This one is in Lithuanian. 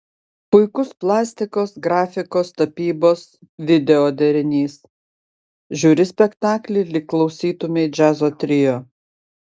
puikus plastikos grafikos tapybos video derinys žiūri spektaklį lyg klausytumei džiazo trio